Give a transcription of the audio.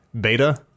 beta